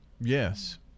yes